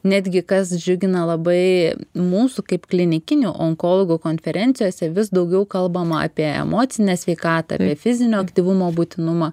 netgi kas džiugina labai mūsų kaip klinikinių onkologų konferencijose vis daugiau kalbama apie emocinę sveikatą bei fizinio aktyvumo būtinumą